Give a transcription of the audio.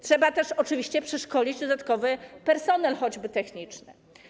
Trzeba też oczywiście przeszkolić dodatkowy personel, choćby techniczny.